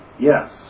Yes